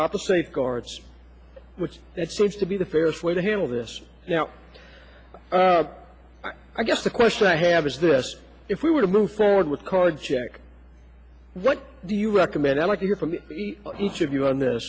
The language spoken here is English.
proper safeguards which it seems to be the fairest way to handle this now i guess the question i have is this if we were to move forward with card check what do you recommend i like to hear from each of you on th